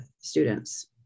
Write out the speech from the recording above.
students